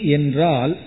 Inral